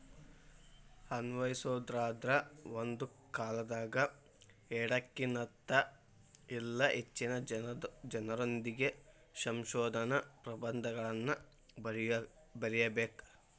ಅನ್ವಯಿಸೊದಾದ್ರ ಒಂದ ಕಾಲದಾಗ ಎರಡಕ್ಕಿನ್ತ ಇಲ್ಲಾ ಹೆಚ್ಚಿನ ಜನರೊಂದಿಗೆ ಸಂಶೋಧನಾ ಪ್ರಬಂಧಗಳನ್ನ ಬರಿಬೇಕ್